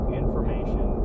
information